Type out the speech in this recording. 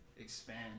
expand